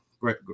great